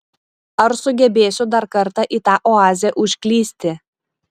ar sugebėsiu dar kartą į tą oazę užklysti